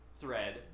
thread